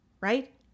right